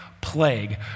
plague